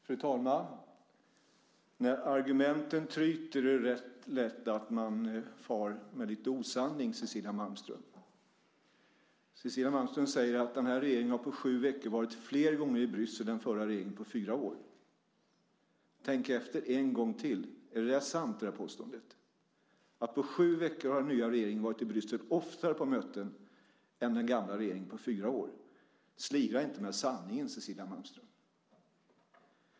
Fru talman! När argumenten tryter är det lätt att man far med lite osanning, Cecilia Malmström. Cecilia Malmström säger att den här regeringen på sju veckor har varit flera gånger i Bryssel än förra regeringen på fyra år. Tänk efter en gång till! Är det påståendet sant, att den nya regeringen på sju veckor har varit oftare på möten i Bryssel än den gamla regeringen på fyra år? Slira inte med sanningen, Cecilia Malmström!